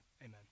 Amen